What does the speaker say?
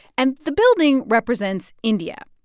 and the building represents india.